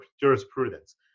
jurisprudence